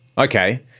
Okay